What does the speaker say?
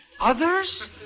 Others